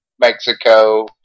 Mexico